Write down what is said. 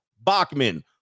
Bachman